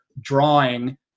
drawing